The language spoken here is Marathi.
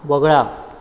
वगळा